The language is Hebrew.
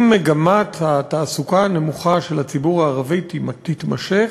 אם מגמת התעסוקה הנמוכה של הציבור הערבי תימשך,